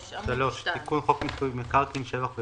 3. תיקון חוק מיסוי מקרקעין (שבח ורכישה)